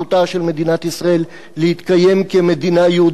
של מדינת ישראל להתקיים כמדינה יהודית.